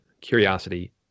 curiosity